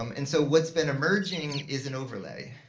um and so what's been emerging is an overlay,